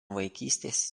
vaikystės